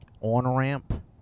on-ramp